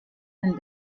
sind